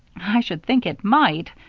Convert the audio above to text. i should think it might,